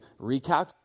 recalculate